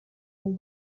zone